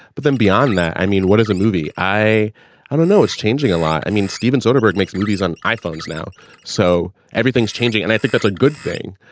but then beyond that i mean what is a movie. i i don't know it's changing a lot. i mean steven soderbergh makes movies on iphones now so everything's changing and i think that's a good thing.